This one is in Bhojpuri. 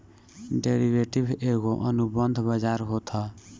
डेरिवेटिव एगो अनुबंध बाजार होत हअ